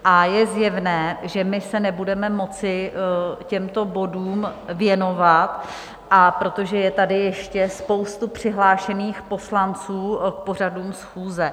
A je zjevné, že se nebudeme moci těmto bodům věnovat, protože je tady ještě spousta přihlášených poslanců k pořadu schůze.